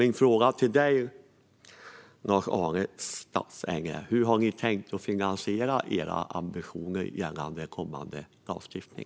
Min fråga till Lars-Arne Staxäng är därför: Hur har ni tänkt att finansiera era ambitioner gällande kommande lagstiftning?